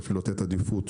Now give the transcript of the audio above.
ואפילו לתת עדיפות